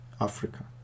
Africa